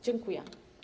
Dziękuję.